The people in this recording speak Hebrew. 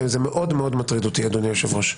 וזה מאוד מאוד מטריד אותי, אדוני היושב-ראש.